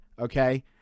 okay